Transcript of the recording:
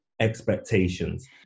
expectations